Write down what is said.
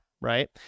right